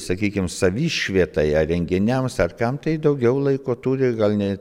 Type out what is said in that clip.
sakykim savišvietai ar renginiams ar kam tai daugiau laiko turi gal nei